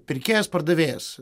pirkėjas pardavėjas